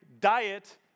diet